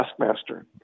taskmaster